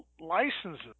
licenses